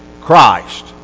Christ